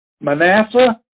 Manasseh